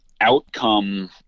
outcome